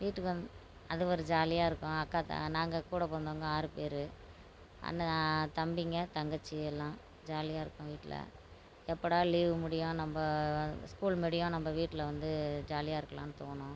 வீட்டுக்கு வந் அது ஒரு ஜாலியாகருக்கும் அக்கா நாங்கள் கூட பிறந்தவங்க ஆறு பேர் அண்ணன் தம்பிங்க தங்கச்சி எல்லாம் ஜாலியாகருக்கும் வீட்டில் எப்போடா லீவு முடியும் நம்ப ஸ்கூல் முடியும் நம்ப வீட்டில் வந்து ஜாலியாகருக்கலானு தோணும்